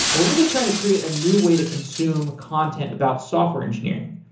and we are really trying to create a new way to consume content about software engineering.